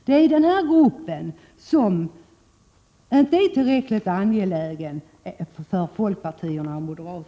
Det är den gruppen som inte är tillräckligt angelägen för folkpartiet och moderaterna!